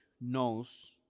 knows